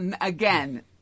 Again